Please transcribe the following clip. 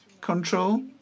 control